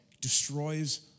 destroys